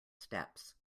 steps